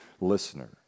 listener